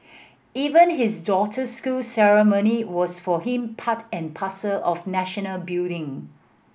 even his daughter's school ceremony was for him part and parcel of national building